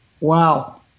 wow